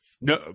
No